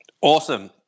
awesome